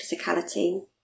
physicality